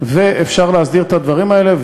ואפשר להסדיר את הדברים האלה,